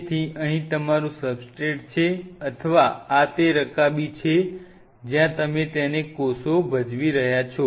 તેથી અહીં તમારું સબસ્ટ્રેટ છે અથવા આ તે રકાબી છે જ્યાં તમે તેને કોષો ભજ વ વા જઈ રહ્યા છો